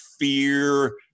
fear